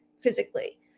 physically